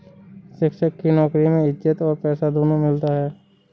शिक्षक की नौकरी में इज्जत और पैसा दोनों मिलता है